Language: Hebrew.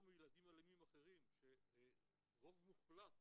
או מילדים אלימים אחרים שרוב מוחלט